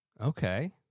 Okay